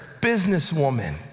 businesswoman